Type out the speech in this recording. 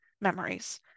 memories